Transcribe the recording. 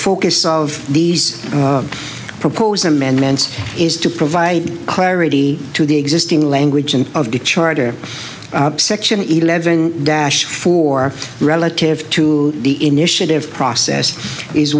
focus of these proposed amendments is to provide clarity to the existing language and of the charter of section eleven dash four relative to the initiative process is